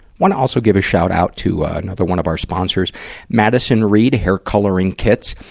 wanna also give a shout-out to, ah, another one of our sponsors madison reed hair coloring kits.